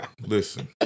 Listen